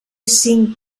cinc